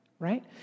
right